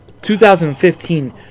2015